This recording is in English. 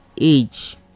age